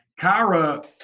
Kyra